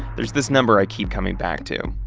there's this number i keep coming back to,